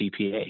CPA